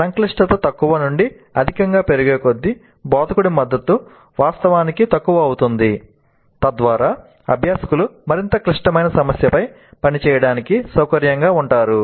సంక్లిష్టత తక్కువ నుండి అధికంగా పెరిగేకొద్దీ బోధకుడి మద్దతు వాస్తవానికి తక్కువ అవుతుంది తద్వారా అభ్యాసకులు మరింత క్లిష్టమైన సమస్యపై పని చేయడానికి సౌకర్యంగా ఉంటారు